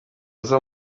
uza